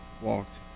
walked